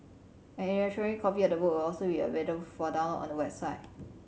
an electronic copy of the book will also be available for download on the website